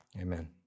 Amen